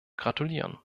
gratulieren